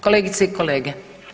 Kolegice i kolege.